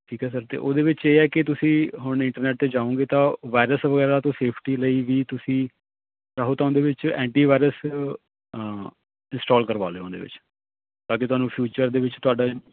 ਠੀਕ ਹੈ ਸਰ ਅਤੇ ਉਹਦੇ ਵਿੱਚ ਇਹ ਹੈ ਕਿ ਤੁਸੀਂ ਹੁਣ ਇੰਟਰਨੈਟ 'ਤੇ ਜਾਓਗੇ ਤਾਂ ਵਾਇਰਸ ਵਗੈਰਾ ਤੋਂ ਸੇਫਟੀ ਲਈ ਵੀ ਤੁਸੀਂ ਕਹੋ ਤਾਂ ਉਹਦੇ ਵਿੱਚ ਐਂਟੀ ਵਾਇਰਸ ਇੰਸਟਾਲ ਕਰਵਾ ਲਿਓ ਉਹਦੇ ਵਿੱਚ ਤਾਂ ਕਿ ਤੁਹਾਨੂੰ ਫਿਊਚਰ ਦੇ ਵਿੱਚ ਤੁਹਾਡਾ